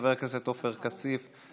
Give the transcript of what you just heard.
חבר הכנסת עופר כסיף,